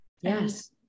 Yes